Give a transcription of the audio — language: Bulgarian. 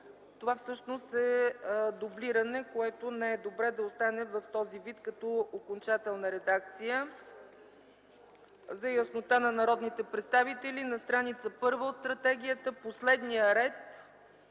Това всъщност е дублиране, което не е добре да остане в този вид като окончателна редакция. За яснота на народните представители – на стр. 1 от стратегията, последния ред